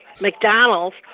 McDonald's